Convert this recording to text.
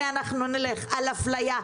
הרי אנחנו נלך על אפליה,